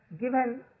given